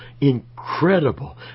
incredible